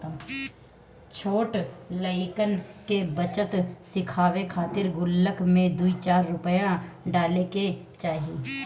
छोट लइकन के बचत सिखावे खातिर गुल्लक में दू चार रूपया डाले के कहे के चाही